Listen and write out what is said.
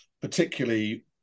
particularly